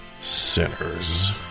Sinners